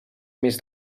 més